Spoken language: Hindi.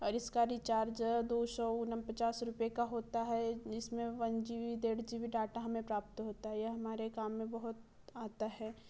और इसका रिचार्ज दो सौ पचास रूपये का होता है जिसमें वन जी बी डेढ़ जी बी डाटा हमें प्राप्त होता है यह हमारे काम में बहुत आता है